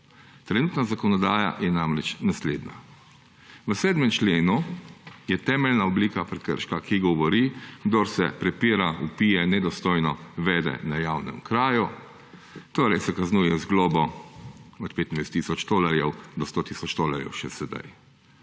Trenutna zakonodaja je namreč naslednja. V 7. členu je temeljna oblika prekrška, ki govori – Kdor se prepira, vpije, nedostojno vede na javnem kraju, se kaznuje z globo od 25 tisoč tolarjev do 100 tisoč tolarjev, še sedaj.